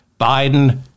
Biden